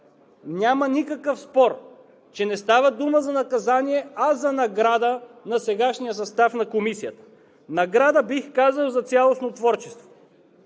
няма никакъв спор, че не става дума за наказание, а за награда на сегашния състав на Комисията – награда, бих казал, за цялостно творчество.